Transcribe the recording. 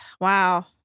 Wow